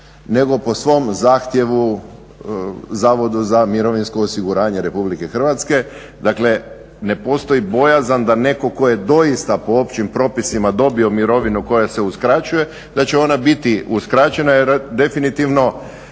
nego po svom zahtjevu Zavodu za mirovinsko osiguranje RH. Dakle, ne postoji bojazan da netko tko je doista po općim propisima dobio mirovinu koja se uskraćuje da će ona biti uskraćena jer definitivno